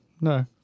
No